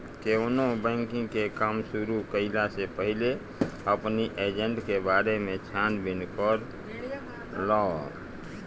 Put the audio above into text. केवनो बैंकिंग के काम शुरू कईला से पहिले अपनी एजेंट के बारे में छानबीन कर लअ